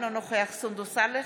אינו נוכח סונדוס סאלח,